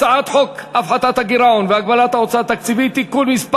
הצעת חוק הפחתת הגירעון והגבלת ההוצאה התקציבית (תיקון מס'